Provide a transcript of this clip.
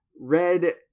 Red